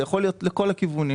זה יכול להיות לכל הכיוונים.